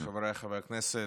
חבריי חברי הכנסת,